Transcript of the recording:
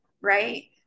right